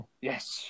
Yes